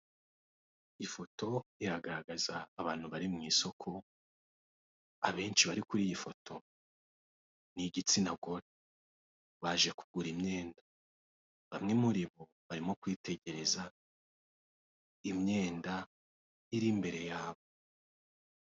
Ifoto iragaragaza abantu bari mu isoko, abenshi bari kuri iyi foto ni'igitsina gore baje kugura imyenda bamwe muri bo barimo kwitegereza imyenda iri imbere yabo.